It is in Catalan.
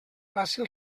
fàcil